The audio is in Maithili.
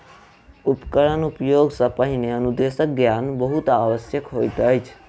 उपकरणक उपयोग सॅ पहिने अनुदेशक ज्ञान बहुत आवश्यक होइत अछि